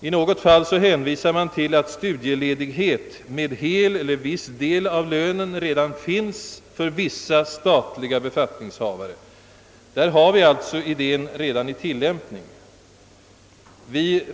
I något fall hänvisas till att studieledighet med hel eller viss del av lönen redan finns för vissa statliga befattningshavare, Där tillämpas alltså idén redan.